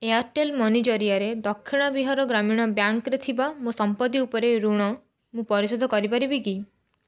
Airtel money ଜରିଆରେ ଦକ୍ଷିଣ ବିହାର ଗ୍ରାମୀଣ ବ୍ୟାଙ୍କରେ ଥିବା ମୋ ସମ୍ପତ୍ତି ଉପରେ ଋଣ ମୁଁ ପରିଶୋଧ କରିପାରିବି କି